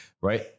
right